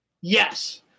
yes